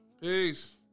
Peace